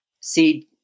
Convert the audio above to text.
seed